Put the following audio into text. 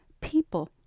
people